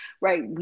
right